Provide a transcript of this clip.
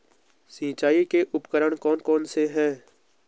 सिंचाई के उपकरण कौन कौन से हैं?